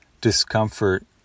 discomfort